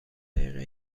دقیقه